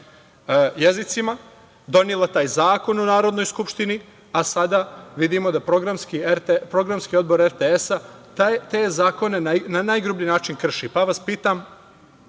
jezicima, donela taj zakon u Narodnoj skupštini, a sada vidimo da Programski odbor RTS-a te zakone na najgrublji način krši, pa vas pitam